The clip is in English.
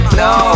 no